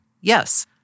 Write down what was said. Yes